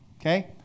okay